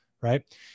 right